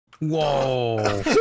Whoa